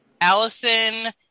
Allison